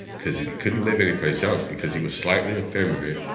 because he couldn't live anyplace else because he was slightly effeminate,